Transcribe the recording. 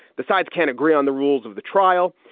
the sides can't agree on the rules of the trial.